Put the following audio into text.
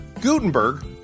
Gutenberg